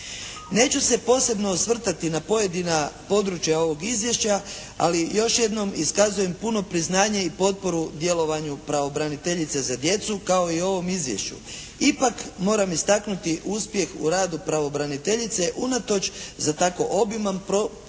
Neću se posebno osvrtati na pojedina područja ovog izvješća ali još jednom iskazujem puno priznanje i potporu djelovanju pravobraniteljice za djecu kao i ovom izvješću. Ipak moram istaknuti uspjeh u radu pravobraniteljice unatoč za tako obiman posao